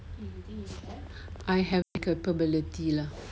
I have the capability lah